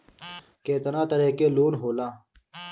केतना तरह के लोन होला?